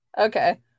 Okay